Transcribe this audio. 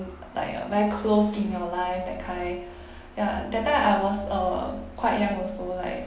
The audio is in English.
like uh very close in your life that kind ya that time I was uh quite young also like